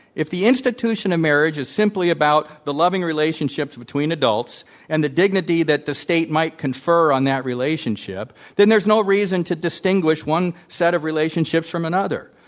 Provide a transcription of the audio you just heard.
if the institution of marriage is simply about the loving relationships between adults and the dignity that the state might confer on that relationship, then there's no reason to distinguish one set of relationships from another.